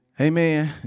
Amen